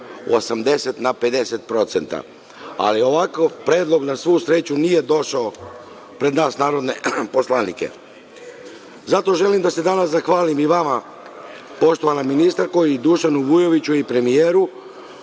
80% na 50%. Ali, ovakav predlog, na svu sreću, nije došao pred nas narodne poslanike. Zato želim da se danas zahvalim i vama poštovana ministarko, Dušanu Vujoviću i premijeru,